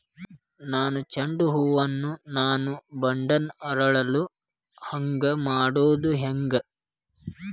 ನನ್ನ ಚಂಡ ಹೂ ಅನ್ನ ನಾನು ಬಡಾನ್ ಅರಳು ಹಾಂಗ ಮಾಡೋದು ಹ್ಯಾಂಗ್?